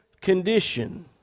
condition